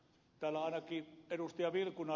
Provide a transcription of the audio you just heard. täällä ainakin ed